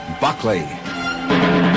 buckley